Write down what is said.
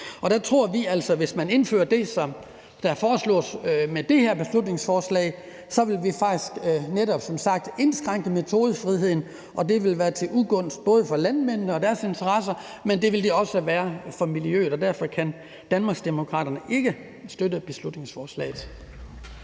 Der tror vi altså som sagt, at hvis man indfører det, som der foreslås med det her beslutningsforslag, vil vi indskrænke metodefriheden, og det vil være til ugunst både for landmændene og deres interesser, men også for miljøet. Derfor kan Danmarksdemokraterne ikke støtte beslutningsforslaget.